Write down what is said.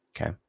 Okay